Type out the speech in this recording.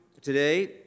today